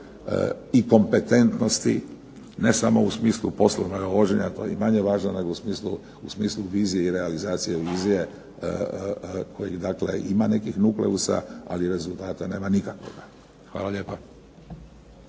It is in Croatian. i kompetentnosti ne samo u smislu poslovnog vođenja to je i manje važno, nego u smislu vizije i realizacije vizije koji ima dakle nekih nukleusa ali rezultata nema nikakvoga. Hvala lijepa.